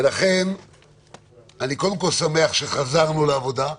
ולכן אני שמח שחזרנו לעבודה,